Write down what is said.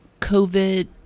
COVID